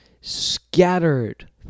scattered